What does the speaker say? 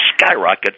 skyrocket